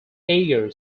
eager